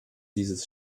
dieses